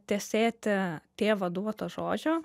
tesėti tėvo duoto žodžio